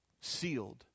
sealed